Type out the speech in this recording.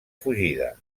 fugida